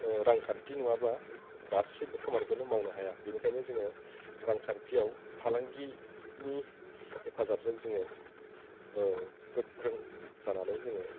रांखान्थि नङाब्ला गासैबो खामानिखौनो मावनो हाया बेनिखायनो जोङो रांखान्थियाव फालांगिनि हेफाजाबजों जोङो गोख्रों जानानै जोङो